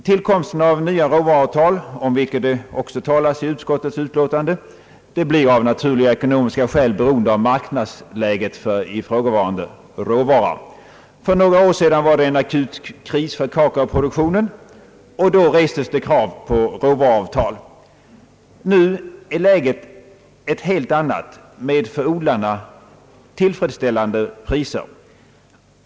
Tillkomsten av nya råvaruavtal, om vilket det också talas i utskottets utlåtande, blir av naturliga ekonomiska skäl beroende av marknadsläget för ifrågavarande råvara. För några år sedan rådde en akut kris för kakaoproduktionen. Då restes krav på ett råvaruavtal. Nu är läget ett helt annat med för odlarna tillfredsställande priser.